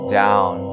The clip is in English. down